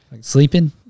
sleeping